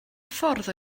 ffordd